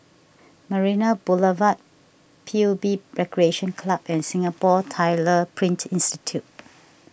Marina Boulevard P U B Recreation Club and Singapore Tyler Print Institute